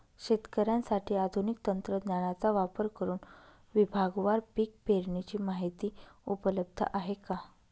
शेतकऱ्यांसाठी आधुनिक तंत्रज्ञानाचा वापर करुन विभागवार पीक पेरणीची माहिती उपलब्ध आहे का?